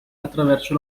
attraverso